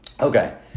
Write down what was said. Okay